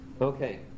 Okay